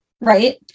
right